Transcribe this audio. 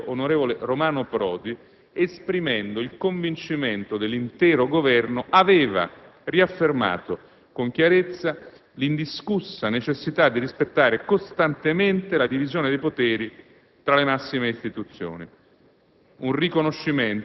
il presidente del Consiglio, onorevole Romano Prodi, esprimendo il convincimento dell'intero Governo, aveva riaffermato con chiarezza l'indiscussa necessità di rispettare costantemente la divisione dei compiti attribuiti alle massime istituzioni: